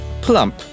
plump